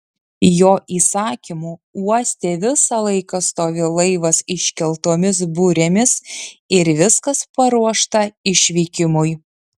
jo įsakymu uoste visą laiką stovi laivas iškeltomis burėmis ir viskas paruošta išvykimui